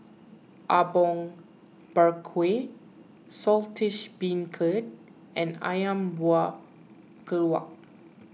Apom Berkuah Saltish Beancurd and Ayam Buah Keluak